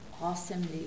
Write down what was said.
awesomely